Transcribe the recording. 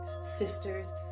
sisters